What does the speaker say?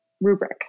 rubric